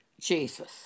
Jesus